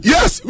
Yes